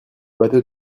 bâteau